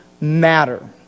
matter